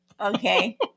Okay